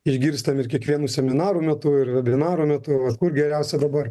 išgirstam ir kiekvienų seminarų metu ir vebvinarų metu kur geriausia dabar